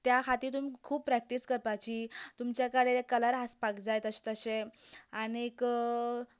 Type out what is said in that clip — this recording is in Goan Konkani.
त्या खातीर तुमी खूब प्रेक्टीस करपाची तुमचे कडे कलर आसपाक जाय तशे तशे आनीक